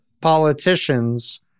politicians